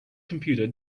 computer